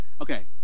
Okay